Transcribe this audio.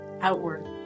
outward